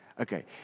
Okay